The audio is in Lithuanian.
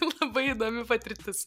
labai įdomi patirtis